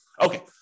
Okay